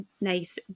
nice